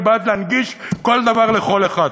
אני בעד להנגיש כל דבר לכל אחד,